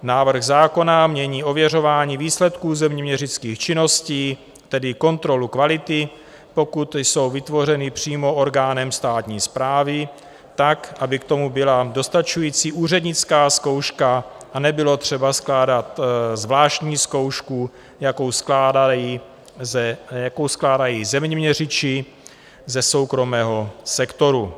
Návrh zákona mění ověřování výsledků zeměměřických činností, tedy kontrolu kvality, pokud jsou vytvořeny přímo orgánem státní správy, tak, aby k tomu byla dostačující úřednická zkouška a nebylo třeba skládat zvláštní zkoušku, jakou skládají zeměměřiči ze soukromého sektoru.